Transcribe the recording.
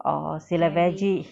or சில:sila veggie